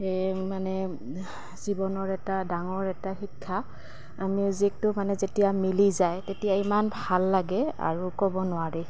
এই মানে জীৱনৰ এটা ডাঙৰ এটা শিক্ষা মিউজিকটো মানে যেতিয়া মিলি যায় তেতিয়া ইমান ভাল লাগে আৰু ক'ব নোৱাৰি